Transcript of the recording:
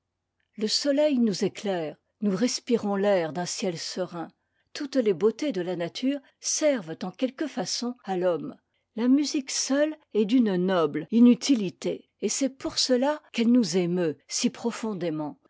le soleil nous éclaire nous respirons l'air d'un ciel serein toutes les beautés de la nature servent en quelque façon à l'homme la musique seule est d'une noble inutilité et c'est pour cela qu'elle nous émeut si profondément